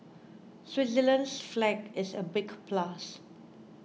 Switzerland's flag is a big plus